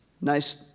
Nice